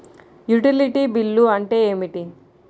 Utility bill అంటే ఏమిటి?